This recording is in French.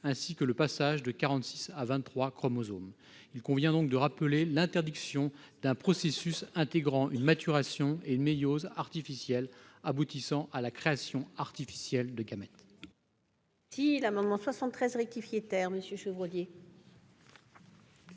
ainsi que le passage de quarante-six à vingt-trois chromosomes. Il convient donc de rappeler l'interdiction d'un processus intégrant une maturation et une méiose artificielles aboutissant à la création artificielle de gamètes.